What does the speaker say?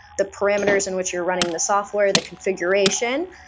the parameters in which you're running the software, the configuration,